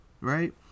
right